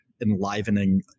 enlivening